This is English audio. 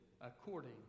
according